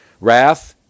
wrath